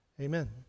Amen